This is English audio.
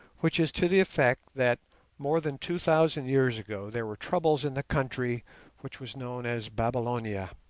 which is to the effect that more than two thousand years ago there were troubles in the country which was known as babylonia,